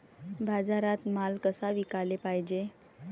बाजारात माल कसा विकाले पायजे?